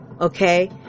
Okay